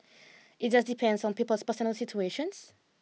it just depends on people's personal situations